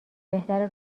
بهتره